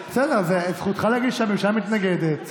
זכותך להגיד שהממשלה מתנגדת,